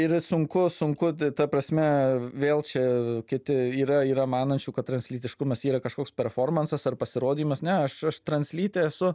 ir sunku sunku ta prasme vėl čia kiti yra yra yra manančių kad translytiškumas yra kažkoks performansas ar pasirodymas ne aš aš translytė esu